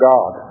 God